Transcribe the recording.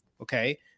okay